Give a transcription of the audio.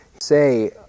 say